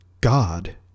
God